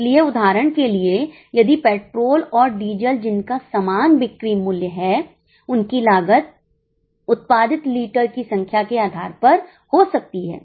इसलिए उदाहरण के लिए यदि पेट्रोल और डीजल जिनका समान बिक्री मूल्य है उनकी लागत उत्पादित लीटर की संख्या के आधार पर हो सकती है